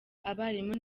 abarimu